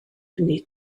hynny